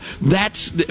thats